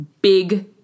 big